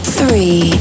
three